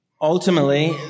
Ultimately